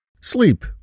Sleep